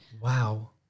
wow